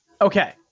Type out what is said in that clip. okay